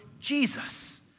Jesus